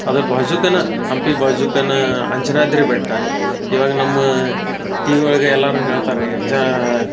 ಅದ್ರ ಬಾಜುಕೇನ ಹಂಪಿ ಬಾಜುಕೇನ ಅಂಜನಾದ್ರಿ ಬೆಟ್ಟ ಇವಾಗ ನಮ್ಮ ಟಿವಿ ಒಳಗೆ ಎಲ್ಲರೂ ಹೇಳ್ತಾರೆ ಈ ಜಾ